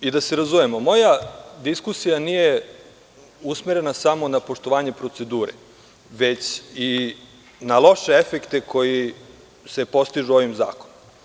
Da se razumemo, moja diskusija nije usmerena samo na poštovanje procedure, već i na loše efekte koji se postižu ovim zakonom.